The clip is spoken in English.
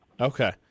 Okay